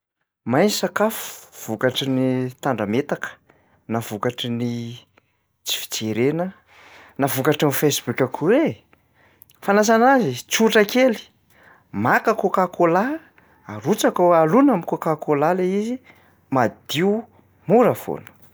May ny sakafo vokatry ny tandrametaka na vokatry ny tsy fijerena na vokatry ny facebook akoa e. Fanasana azy? Tsotra kely, maka coacola arotsaka ao- alona am'cocacola lay izy, madio mora foana.